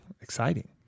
exciting